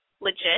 legit